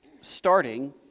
starting